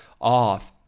off